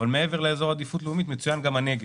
אבל מעבר לאזור עדיפות לאומית מצוין גם הנגב.